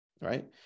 Right